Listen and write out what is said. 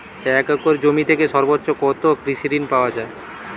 এক একর জমি থেকে সর্বোচ্চ কত কৃষিঋণ পাওয়া য়ায়?